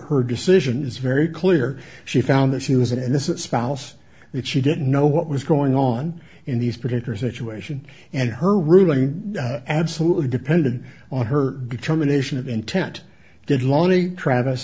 her decision is very clear she found that she was an innocent spouse that she didn't know what was going on in these particular situation and her ruling absolutely depended on her determination of intent did lonnie travis